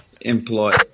employ